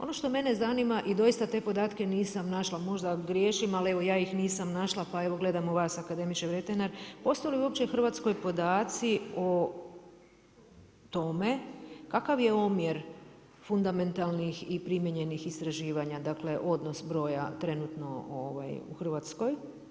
Ono što mene zanima i doista te podatke nisam našla, možda griješim ali evo ja ih nisam našla pa evo gledam u vas akademiče Vretenar, postoje li uopće u Hrvatskoj podaci o tome kakav je omjer fundamentalnih i primijenjenih istraživanja, dakle, odnos broja trenutno u Hrvatskoj.